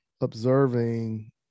observing